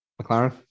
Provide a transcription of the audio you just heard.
McLaren